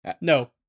No